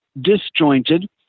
disjointed